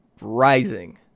rising